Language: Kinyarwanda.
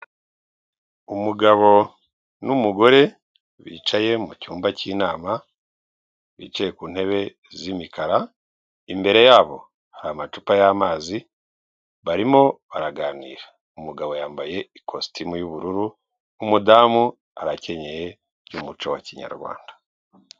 Umugabo n'umugore bicaye mu cyumba cy'inama, bicaye ku ntebe z'imikara, imbere yabo hari amacupa y'amazi barimo baraganira, umugabo yambaye ikositimu y'ubururu, umudamu arakenyeye by'umuco wa Kinyarwanda.